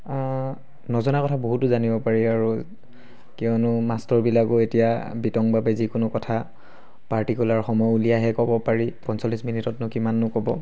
নজনা কথা বহুতো জানিব পাৰি আৰু কিয়নো মাষ্টৰবিলাকো এতিয়া বিতংভাৱে যিকোনো কথা পাৰ্টিকুলাৰ সময় উলিয়াইহে ক'ব পাৰি পঞ্চল্লিছ মিনিটতনো কিমাননো ক'ব